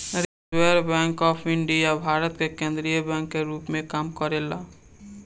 reserve bank of India Bharat के केंद्रीय bank के रूप में काम करेला